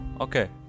okay